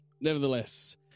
nevertheless